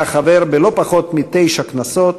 היה חבר בלא-פחות מתשע כנסות,